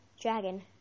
Dragon